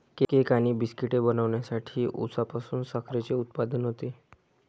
cake आणि बिस्किटे बनवण्यासाठी उसापासून साखरेचे उत्पादन होते